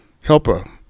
helper